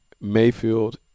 Mayfield